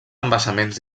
embassaments